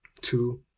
Two